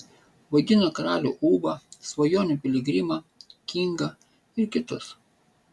vaidino karalių ūbą svajonių piligrimą kingą ir kitus